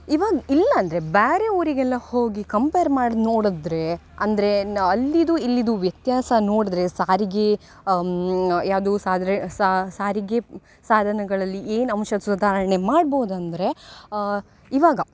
ಇವಾಗ ಇಲ್ಲಿ ಅಂದರೆ ಬೇರೆ ಊರಿಗೆಲ್ಲ ಹೋಗಿ ಕಂಪೇರ್ ಮಾಡಿ ನೋಡಿದ್ರೆ ಅಂದರೆ ನಾ ಅಲ್ಲಿಯದು ಇಲ್ಲಿಯದು ವ್ಯತ್ಯಾಸ ನೋಡಿದ್ರೆ ಸಾರಿಗೆ ಯಾವುದು ಸಾದ್ರೆ ಸಾರಿಗೆ ಸಾಧನಗಳಲ್ಲಿ ಏನು ಅಂಶ ಸುಧಾರಣೆ ಮಾಡ್ಬೌದು ಅಂದರೆ ಇವಾಗ